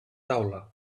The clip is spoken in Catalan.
taula